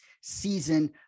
season